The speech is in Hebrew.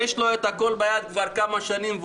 יש לו את הכול ביד כבר כמה שנים,